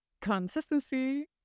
consistency